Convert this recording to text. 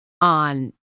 on